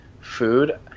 food